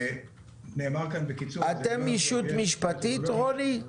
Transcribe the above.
נאמר כאן בקיצור --- רוני,